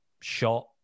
shot